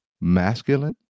masculine